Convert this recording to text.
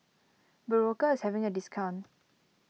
Berocca is having a discount